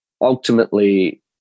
Ultimately